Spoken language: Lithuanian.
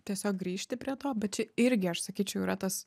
tiesiog grįžti prie to bet čia irgi aš sakyčiau yra tas